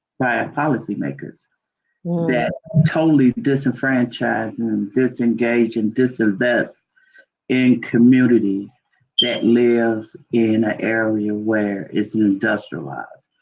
by ah policymakers that totally disenfranchise and disengage and disinvest in communities that lives in an area where it's an industrialized.